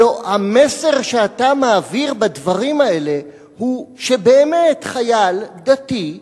הלוא המסר שאתה מעביר בדברים האלה הוא שבאמת חייל דתי,